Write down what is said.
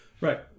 Right